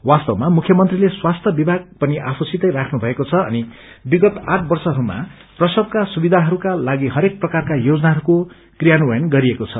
वास्तवमा मुख्यमंत्रीले स्वासीय विभाग पनि आफूसितै राख्नु भएको छ अनि विगत आठ वर्षहरूमा प्रसवका सुविधाहरूका लागि हरेक प्रकारका योजनाहरूको क्रियान्वयन गरिएको छ